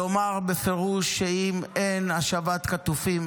לומר בפירוש שאם אין השבת חטופים,